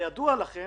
כידוע לכם